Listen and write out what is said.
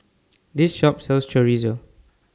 This Shop sells Chorizo